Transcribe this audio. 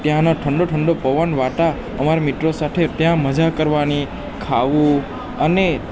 ત્યાંનો ઠંડો ઠંડો પવન વાતા અમારા મિત્રો સાથે ત્યાં મજા કરવાની ખાવું અને